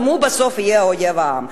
גם הוא בסוף יהיה אויב העם.